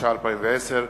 התש"ע 2010,